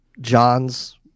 john's